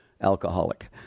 alcoholic